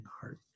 heart